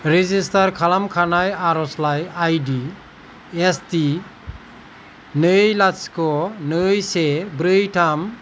register खालामखानाय आरज'लाइ I D S T नै लाथिख' नै से ब्रै थाम